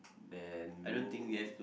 then